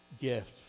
gift